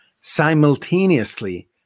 simultaneously